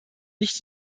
nicht